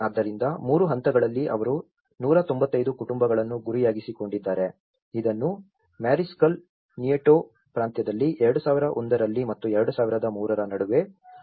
ಆದ್ದರಿಂದ 3 ಹಂತಗಳಲ್ಲಿ ಅವರು 195 ಕುಟುಂಬಗಳನ್ನು ಗುರಿಯಾಗಿಸಿಕೊಂಡಿದ್ದಾರೆ ಇದನ್ನು ಮಾರಿಸ್ಕಲ್ ನಿಯೆಟೊ ಪ್ರಾಂತ್ಯದಲ್ಲಿ 2001 ಮತ್ತು 2003 ರ ನಡುವೆ ಅಳವಡಿಸಲಾಗಿದೆ